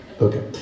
okay